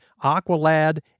Aqualad